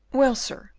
well, sir,